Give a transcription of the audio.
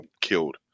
killed